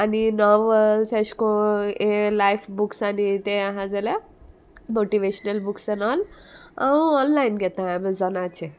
आनी नॉवल्स एशें को लायफ बुक्स आनी तें आहा जाल्यार मोटिवेशनल बुक्स एन ऑल हांव ऑनलायन घेता एमेझोनाचेर